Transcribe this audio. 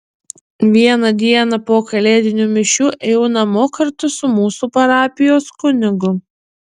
vieną dieną po kalėdinių mišių ėjau namo kartu su mūsų parapijos kunigu